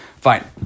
Fine